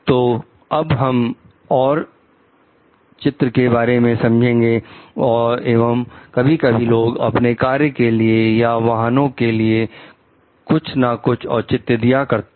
तो अब हम और चित्र के बारे में समझेंगे एवं कभी कभी लोग अपने कार्य के लिए या वाहनों के लिए कुछ ना कुछ औचित्य दिया करते हैं